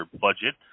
budget